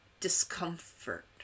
discomfort